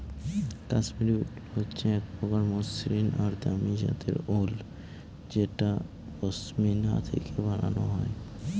Kashmiri wool হচ্ছে এক প্রকার মসৃন আর দামি জাতের উল যেটা পশমিনা থেকে বানানো হয়